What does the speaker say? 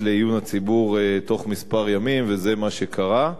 לעיון הציבור בתוך ימים מספר וזה מה שקרה.